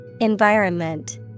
Environment